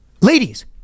ladies